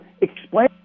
explain